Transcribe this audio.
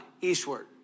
eastward